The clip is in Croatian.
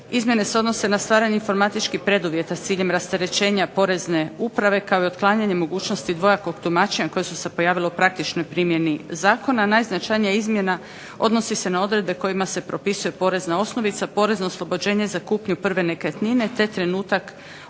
Izmjene se odnose na stvaranje informatičkih preduvjeta s ciljem rasterećenja porezne uprave, kao i otklanjanje mogućnosti dvojakog tumačenja koja su se pojavila u praktičnoj primjeni zakona. Najznačajnija izmjena odnosi se na odredbe kojima se propisuje porezna osnovica, porezno oslobođenje za kupnju prve nekretnine, te trenutak